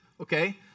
okay